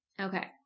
Okay